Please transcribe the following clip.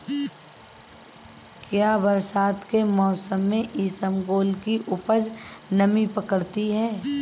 क्या बरसात के मौसम में इसबगोल की उपज नमी पकड़ती है?